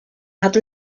had